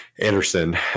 Anderson